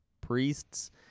priests